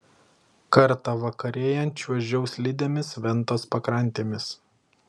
kartą vakarėjant čiuožiau slidėmis ventos pakrantėmis